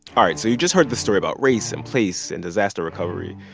all right. so you just heard the story about race and place and disaster recovery.